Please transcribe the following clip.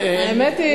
האמת היא,